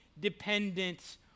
dependent